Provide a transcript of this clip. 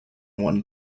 one